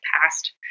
past